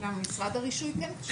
אבל משרד הרישוי כן קשור לחוק.